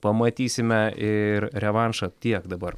pamatysime ir revanšą tiek dabar